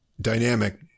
dynamic